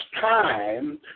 time